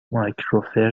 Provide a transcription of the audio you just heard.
مایکروفر